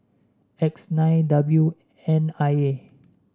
X nine W N I A